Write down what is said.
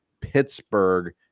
Pittsburgh